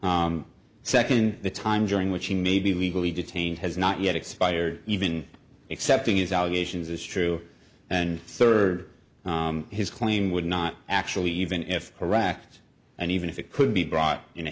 second the time during which he may be legally detained has not yet expired even excepting is allegations as true and third his claim would not actually even if iraq and even if it could be brought in